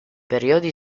periodi